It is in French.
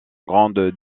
grande